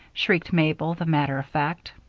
shrieked mabel, the matter-of-fact.